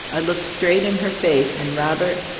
i looked straight in her face, and robert,